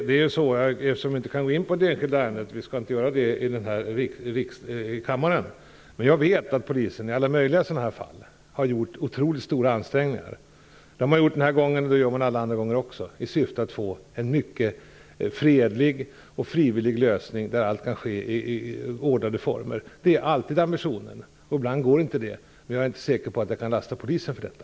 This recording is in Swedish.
Fru talman! Vi inte kan gå in på det enskilda ärendet här i kammaren, men jag vet att polisen i sådana här fall har gjort otroligt stora ansträngningar. Det har den gjort den här gången, och det gör den alla andra gånger också, i syfte att få en mycket fredlig och frivillig lösning där allt kan ske i ordnade former. Det är alltid ambitionen. Ibland går inte det. Men jag är inte säker på att jag kan lasta polisen för detta.